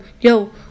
Yo